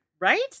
Right